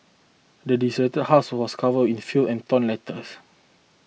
the desolated house was covered in the filth and torn letters